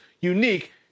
unique